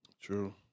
True